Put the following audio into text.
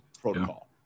protocol